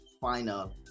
final